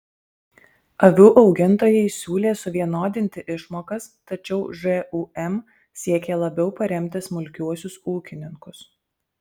avių augintojai siūlė suvienodinti išmokas tačiau žūm siekė labiau paremti smulkiuosius ūkininkus